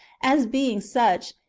as being such,